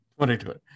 2020